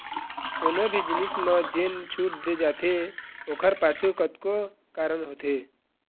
कोनो भी जिनिस म जेन छूट दे जाथे ओखर पाछू कतको कारन होथे